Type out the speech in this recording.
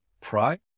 pride